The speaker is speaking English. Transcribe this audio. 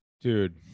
Dude